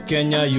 Kenya